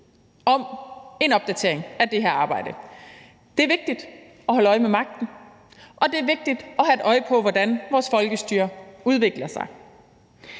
om en opdatering af det her arbejde. Det er vigtigt at holde øje med magten, og det er vigtigt at have et vågent øje på, hvordan vores folkestyre udvikler sig.